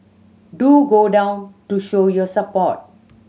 do go down to show your support